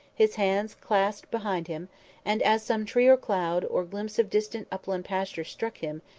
his hands clasped behind him and, as some tree or cloud, or glimpse of distant upland pastures, struck him,